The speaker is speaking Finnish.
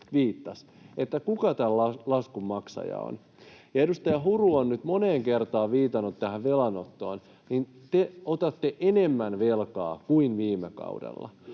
viittasi — että kuka tämän laskun maksaja on. Kun edustaja Huru on nyt moneen kertaan viitannut tähän velanottoon, niin te otatte enemmän velkaa kuin viime kaudella,